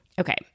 Okay